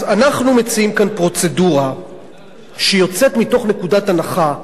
אז אנחנו מציעים כאן פרוצדורה שיוצאת מתוך נקודת הנחה,